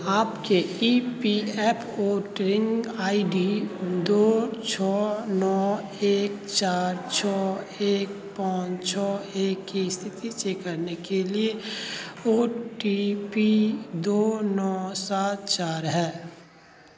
आपके E P F O tracking I D दो छः नौ एक चार छः एक पाँच छः एक की स्थिति चेक करने के लिए ओ टी पी दो नौ सात चार है